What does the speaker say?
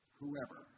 whoever